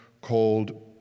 called